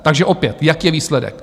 Takže opět, jaký je výsledek?